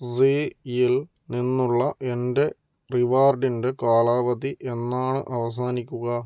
സീയിൽ നിന്നുള്ള എൻ്റെ റിവാർഡിൻ്റെ കാലാവധി എന്നാണ് അവസാനിക്കുക